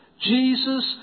Jesus